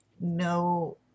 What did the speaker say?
No